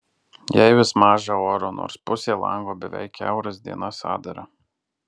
jai vis maža oro nors pusė lango beveik kiauras dienas atdara